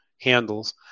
handles